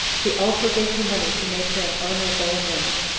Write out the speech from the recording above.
he also gave her money to make her an honorable amends,